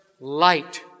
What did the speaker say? light